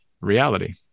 reality